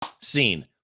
scene